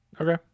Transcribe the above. Okay